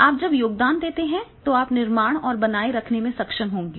जब आप योगदान देते हैं तो आप निर्माण और बनाए रखने में सक्षम होंगे